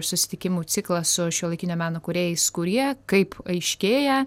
susitikimų ciklą su šiuolaikinio meno kūrėjais kurie kaip aiškėja